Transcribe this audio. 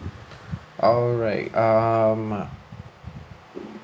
alright um